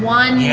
one